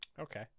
Okay